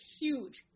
huge